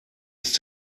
ist